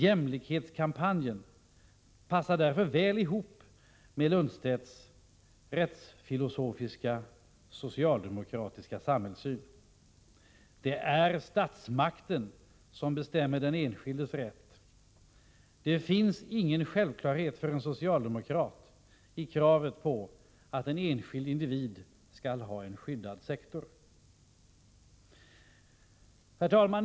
Jämlikhetskampanjen passar därför väl ihop med Lundstedts rättsfilosofiska socialdemokratiska samhällssyn. Det är statsmakten som bestämmer den enskildes rätt. Det finns för en socialdemokrat ingen självklarhet i kravet på att en enskild individ skall ha en skyddad sektor. Herr talman!